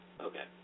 Okay